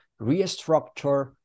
restructure